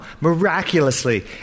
miraculously